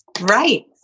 Right